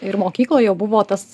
ir mokykloj jau buvo tas